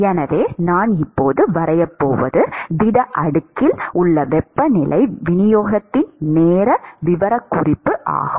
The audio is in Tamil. எனவே நான் இப்போது வரையப் போவது திட அடுக்கில் உள்ள வெப்பநிலை விநியோகத்தின் நேர விவரக்குறிப்பு ஆகும்